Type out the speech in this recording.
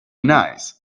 nice